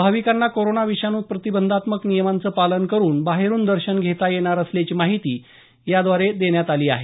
भाविकांना कोरोना विषाणू प्रतिबंधात्मक नियमांचं पालन करुन बाहेरुन दर्शन घेता येणार असल्याची माहिती याद्वारे देण्यात आली आहे